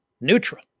neutral